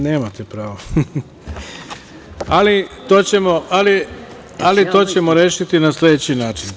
Nemate pravo, ali to ćemo rešiti na sledeći način.